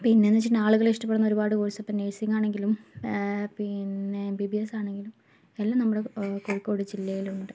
പിന്നെന്ന് വച്ചിട്ടുണ്ടെങ്കിൽ ആളുകൾ ഇഷ്ടപ്പെടുന്ന ഒരുപാട് കോഴ്സ് ഉണ്ട് ഇപ്പോൾ നേഴ്സിങ് ആണെങ്കിലും പിന്നെ എം ബി ബി എസ് ആണെങ്കിലും എല്ലാം നമ്മുടെ കോഴിക്കോട് ജില്ലയിൽ ഉണ്ട്